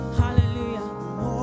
hallelujah